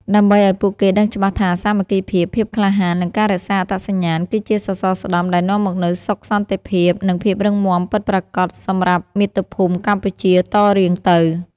ដើម្បីឱ្យពួកគេដឹងច្បាស់ថា សាមគ្គីភាព ភាពក្លាហាន និងការរក្សាអត្តសញ្ញាណ គឺជាសសរស្តម្ភដែលនាំមកនូវសុខសន្តិភាព និងភាពរឹងមាំពិតប្រាកដសម្រាប់មាតុភូមិកម្ពុជាតរៀងទៅ។